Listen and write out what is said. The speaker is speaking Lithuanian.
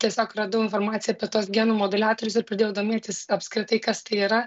tiesiog radau informaciją apie tuos genų moduliatorius ir pradėjau domėtis apskritai kas tai yra